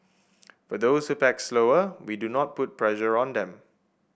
for those who pack slower we do not put pressure on them